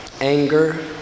anger